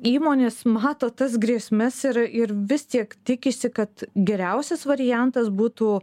įmonės mato tas grėsmes ir ir vis tiek tikisi kad geriausias variantas būtų